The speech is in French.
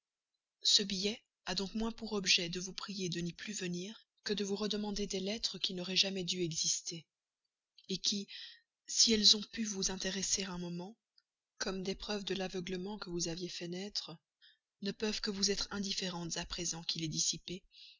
ce billet a donc moins pour objet de vous prier de n'y plus venir que de vous redemander des lettres qui n'auraient jamais dû exister qui si elles ont pu vous intéresser un moment comme des preuves de l'aveuglement que vous aviez cherché à faire naître ne peuvent que vous être indifférentes à présent qu'il est dissipé